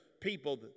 people